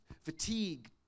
fatigue